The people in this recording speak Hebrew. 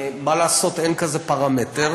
מה לעשות, אין כזה פרמטר.